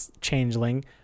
changeling